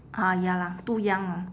ah ya lah too young lah